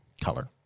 color